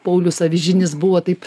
paulius avižinis buvo taip